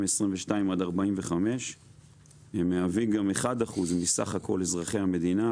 22-45. הם מהווים גם 1% מסך כל אזרחי המדינה,